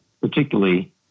particularly